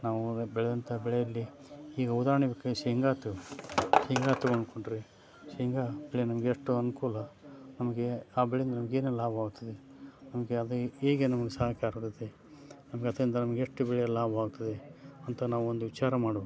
ನಾವು ಬೆಳೆದಂಥ ಬೆಳೆಯಲ್ಲಿ ಈಗ ಉದಾಹರ್ಣೆಗೆ ಕ ಶೇಂಗಾ ಆಯ್ತು ಶೇಂಗಾ ತೊಗೊಂಡು ಕುಂಡ್ರೆ ಶೇಂಗಾ ಬೆಳೆ ನಮಗೆ ಎಷ್ಟು ಅನುಕೂಲ ನಮಗೆ ಆ ಬೆಳೆಯಿಂದ ನಮಗೇನು ಲಾಭವಾಗ್ತದೆ ನಮಗೆ ಅದು ಹೇಗೆ ನಮಗೆ ಸಹಕಾರಿಯಾಗುತ್ತೆ ನಮಗೆ ಅದರಿಂದ ನಮಗೆ ಎಷ್ಟು ಬೆಳೆಯಲ್ಲಿ ಲಾಭವಾಗ್ತದೆ ಅಂತ ನಾವು ಒಂದು ವಿಚಾರ ಮಾಡಬೇಕು